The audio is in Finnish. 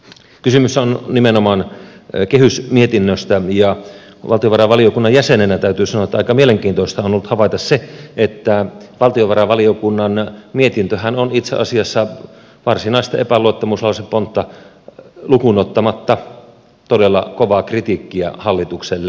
kysymys on nimenomaan kehysmietinnöstä ja valtiovarainvaliokunnan jäsenenä täytyy sanoa että aika mielenkiintoista on ollut havaita se että valtiovarainvaliokunnan mietintöhän on itse asiassa varsinaista epäluottamuslausepontta lukuun ottamatta todella kovaa kritiikkiä hallitukselle